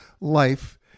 life